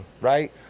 right